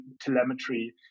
telemetry